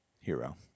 Hero